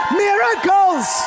miracles